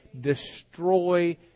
destroy